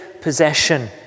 possession